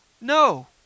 no